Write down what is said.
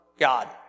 God